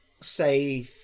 say